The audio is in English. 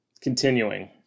Continuing